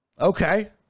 Okay